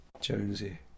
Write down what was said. Jonesy